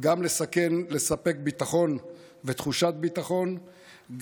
לספק ביטחון ותחושת ביטחון,